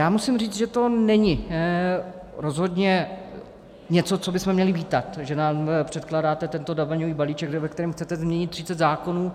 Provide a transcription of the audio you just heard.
Já musím říct, že to není rozhodně něco, co bychom měli vítat, že nám předkládáte, tento daňový balíček, ve kterém chcete změnit 30 zákonů.